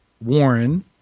Warren